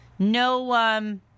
No